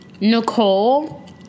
Nicole